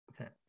okay